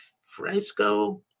Fresco